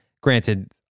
Granted